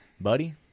buddy